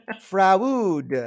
fraud